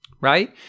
right